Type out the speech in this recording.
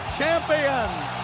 champions